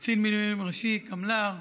קצין מילואים ראשי, קמל"ר,